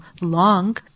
long